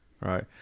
Right